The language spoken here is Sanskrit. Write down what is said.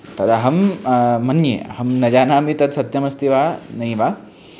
तदहं मन्ये अहं न जानामि तत् सत्यमस्ति वा नैव